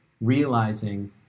realizing